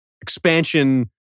expansion